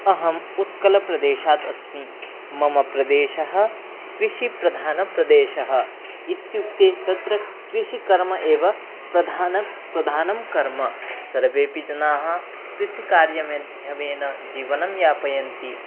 अहम् उत्कलप्रदेशात् अस्मि मम प्रदेशः कृषिप्रधानः प्रदेशः इत्युक्ते तत्र कृषिकर्मम् एव प्रधानं प्रधानं कर्मं सर्वेऽपि जनाः कृषिकार्यमाध्यमेन जीवनं यापयन्ति